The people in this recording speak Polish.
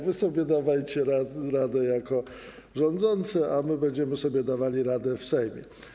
Wy sobie dawajcie radę jako rządzący, a my będziemy sobie dawali radę w Sejmie.